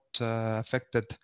affected